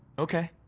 okay.